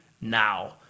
now